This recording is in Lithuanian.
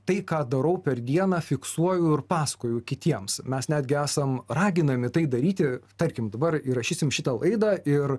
tai ką darau per dieną fiksuoju ir pasakoju kitiems mes netgi esam raginami tai daryti tarkim dabar įrašysim šitą laidą ir